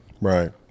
Right